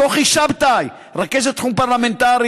לכוכי שבתאי, רכזת תחום פרלמנטרי,